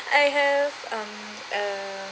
I have um uh